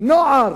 בני נוער.